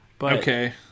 Okay